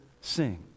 sing